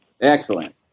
Excellent